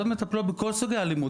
היחידות מטפלות בכל סוגי האלימות.